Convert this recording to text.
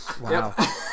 wow